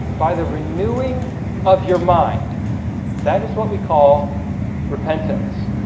by the renewing of your mind that is what we call repentance